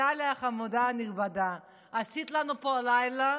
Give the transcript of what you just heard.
טלי החמודה הנכבדה, עשית לנו פה הלילה,